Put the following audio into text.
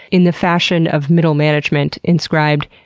in the fashion of middle management inscribed,